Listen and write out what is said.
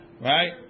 Right